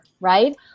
right